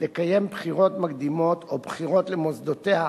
לקיים בחירות מקדימות או בחירות למוסדותיה,